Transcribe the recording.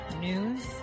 news